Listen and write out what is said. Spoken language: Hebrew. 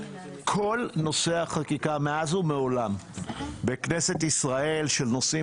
כל נושא החקיקה מאז ומעולם בכנסת ישראל של נושאים